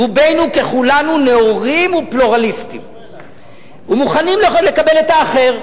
"רובנו ככולנו נאורים ופלורליסטים ומוכנים לקבל את האחר.